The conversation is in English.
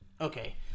Okay